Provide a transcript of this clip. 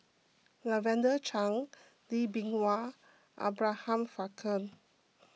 Lavender Chang Lee Bee Wah Abraham Frankel